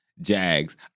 jags